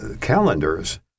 calendars